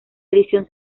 edición